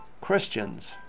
Christians